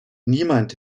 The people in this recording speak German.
niemand